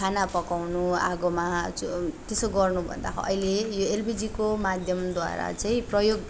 खाना पकाउनु आगोमा चु त्यसो गर्नुभन्दा अहिले यो एलपिजीको माध्यमद्वारा चाहिँ प्रयोग